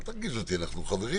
אל תרגיז אותי, אנחנו חברים.